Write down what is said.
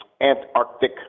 Antarctic